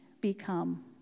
become